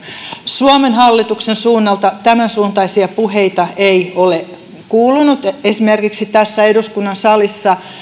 suomen hallituksen suunnalta tämänsuuntaisia puheita ei ole kuulunut esimerkiksi tässä eduskunnan salissa